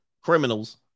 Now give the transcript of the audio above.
criminals